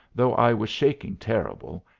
though i was shaking terrible,